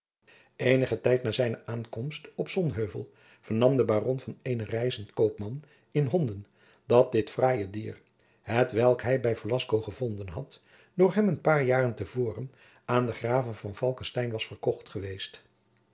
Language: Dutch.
eenigen tijd na zijne aankomst op sonheuvel vernam de baron van eenen reizenden koopman in honden dat dit fraaie dier hetwelk hij bij velasco gevonden had door hem een paar jaren te voren aan den grave van falckestein was verkocht geweest